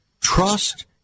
trust